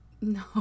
No